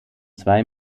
zwei